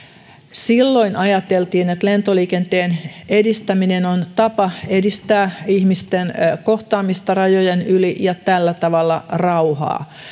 silloin ajateltiin että lentoliikenteen edistäminen on tapa edistää ihmisten kohtaamista rajojen yli ja tällä tavalla rauhaa